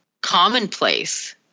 commonplace